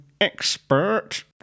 expert